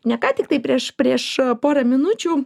ne ką tiktai prieš prieš porą minučių